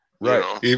Right